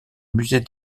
musée